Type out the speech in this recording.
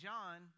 John